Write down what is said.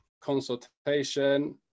consultation